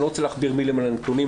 אני לא רוצה להכביר מילים על הנתונים,